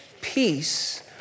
peace